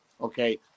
Okay